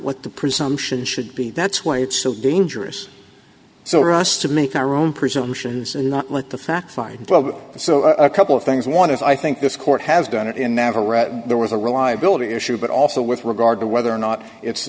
what the presumption should be that's why it's so dangerous so us to make our own presumptions and not let the facts find the so a couple of things one is i think this court has done it in navarrette there was a reliability issue but also with regard to whether or not it's